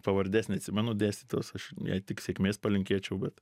pavardės neatsimenu dėstytojos aš jai tik sėkmės palinkėčiau vat